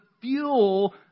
fuel